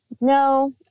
no